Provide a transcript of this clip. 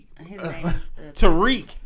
Tariq